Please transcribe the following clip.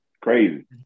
Crazy